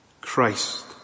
Christ